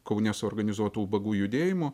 kaune suorganizuotu ubagų judėjimu